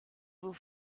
vos